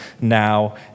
now